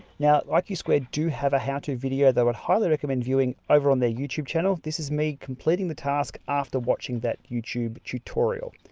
now like iq squared do have a how-to video that would highly recommend viewing over on their youtube channel this is me completing the task after watching that youtube tutorial.